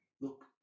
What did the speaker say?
look